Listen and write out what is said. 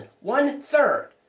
one-third